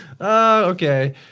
Okay